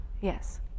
Yes